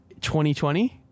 2020